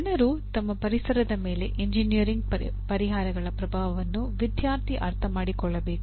ಜನರು ಮತ್ತು ಪರಿಸರದ ಮೇಲೆ ಎಂಜಿನಿಯರಿಂಗ್ ಪರಿಹಾರಗಳ ಪ್ರಭಾವವನ್ನು ವಿದ್ಯಾರ್ಥಿ ಅರ್ಥಮಾಡಿಕೊಳ್ಳಬೇಕು